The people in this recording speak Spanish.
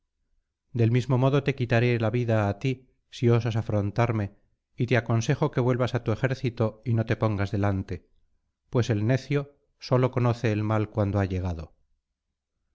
del mismo modo te quitaré la vida á ti si osas afrontarme y te aconsejo que vuelvas á tu ejército y no te pongas delante pues el necio sólo conoce el maí cuando ha llegado